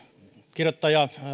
kirjoittaja